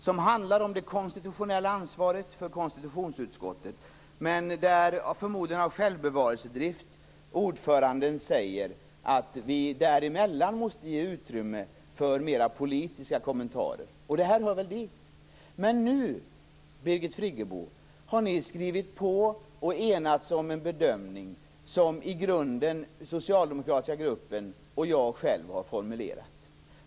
Den handlar om konstitutionsutskottets konstitutionella ansvar. Ordföranden säger där, förmodligen av självbevarelsedrift, att vi emellanåt måste ge utrymme för mera politiska kommentarer, och detta hör väl dit. Men nu, Birgit Friggebo, har ni skrivit på och enats om en bedömning som i grunden den socialdemokratiska gruppen och jag själv har formulerat.